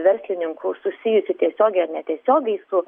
verslininkų susijusių tiesiogiai ar netiesiogiai su